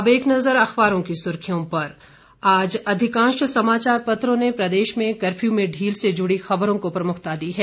अब एक नजर अखबारों की सुर्खियों पर आज अधिकांश समाचार पत्रों ने प्रदेश में कर्फ्यू में ढील से जुड़ी खबरों को प्रमुखता दी है